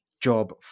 job